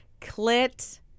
clit